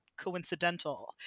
coincidental